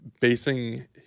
basing